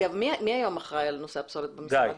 מי היום אחראי על נושא הפסולת במשרד?